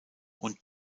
und